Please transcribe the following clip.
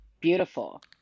Beautiful